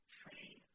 train